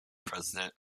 president